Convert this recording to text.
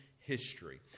history